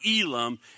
Elam